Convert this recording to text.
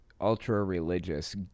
ultra-religious